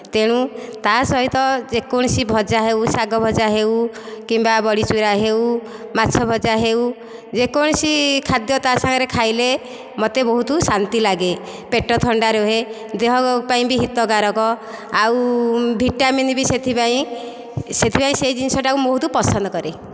ତେଣୁ ତା'ସହିତ ଯେକୌଣସି ଭଜା ହେଉ ଶାଗ ଭଜା ହେଉ କିମ୍ବା ବଡ଼ି ଚୁରା ହେଉ ମାଛ ଭଜା ହେଉ ଯେକୌଣସି ଖାଦ୍ୟ ତା'ସାଙ୍ଗରେ ଖାଇଲେ ମୋତେ ବହୁତ ଶାନ୍ତି ଲାଗେ ପେଟ ଥଣ୍ଡା ରୁହେ ଦେହ ପାଇଁ ବି ହିତକାରକ ଆଉ ଭିଟାମିନ୍ ବି ସେଥିପାଇଁ ସେଥିପାଇଁ ସେହି ଜିନିଷଟାକୁ ମୁଁ ବହୁତ ପସନ୍ଦ କରେ